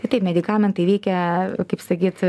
taip medikamentai veikia kaip sakyt